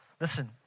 listen